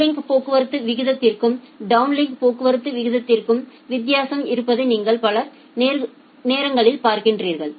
uplink போக்குவரத்து வீதத்திற்கும் downlink போக்குவரத்து வீதத்திற்கும் வித்தியாசம் இருப்பதை நீங்கள் பல நேரங்களில் பார்ப்பீர்கள்